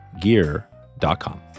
gear.com